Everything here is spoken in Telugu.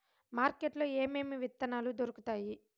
మార్కెట్ లో ఏమేమి విత్తనాలు దొరుకుతాయి